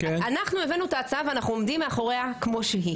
אנחנו הבאנו את ההצעה ואנחנו עומדים מאחוריה כמו שהיא.